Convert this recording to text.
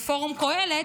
ופורום קהלת,